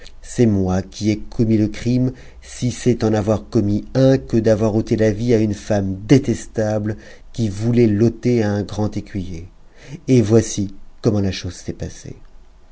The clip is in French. c'est moi qui ai commis le crime si c'est en avoir commis un que d'avoir ôté la vie à une femme détestable qui voulait l'ôter à un grand écuyer et voici comment la chose s'est passée